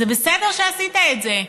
זה בסדר שעשית את זה.